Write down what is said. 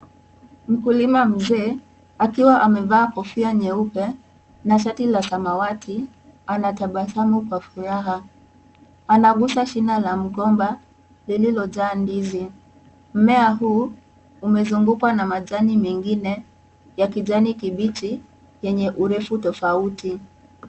Mkulima mzee, akiwa mevaa kofia nyeupe na shatila samawati, anatabasamu kwa furaha. Anagusa shina la mgomba lililojaa ndizi. Mmea huu umezungukwa na majani mengine ya kijani kibichi yenye urefu tofauti.